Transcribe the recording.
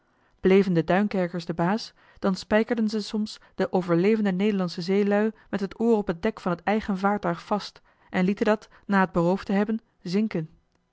de duinkerkers de baas dan spijkerden ze soms de overlevende nederlandsche zeelui met het oor op het dek van het eigen vaartuig vast en lieten dat na het beroofd te hebben zinken